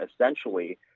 essentially